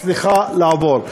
לא מצליחה לעבור.